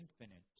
infinite